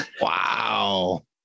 Wow